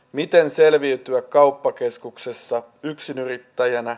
miten selviytyä kauppakeskuksessa yksinyrittäjänä